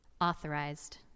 authorized